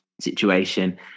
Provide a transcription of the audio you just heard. situation